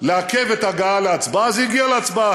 לעכב את ההגעה להצבעה, זה הגיע להצבעה.